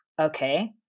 Okay